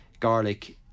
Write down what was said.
garlic